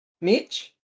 Mitch